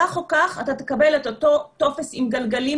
כך או כך אתה תקבל את אותו טופס עם גלגלים